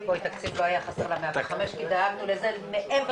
--- תקציב לא היה חסר ל-105 כי דאגנו לזה מעבר